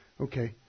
Okay